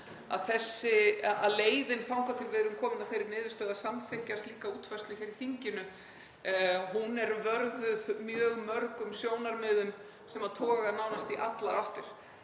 að leiðin þangað til við erum komin að þeirri niðurstöðu að samþykkja slíka útfærslu hér í þinginu er vörðuð mjög mörgum sjónarmiðum sem toga nánast í allar áttir.